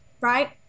Right